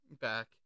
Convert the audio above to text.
back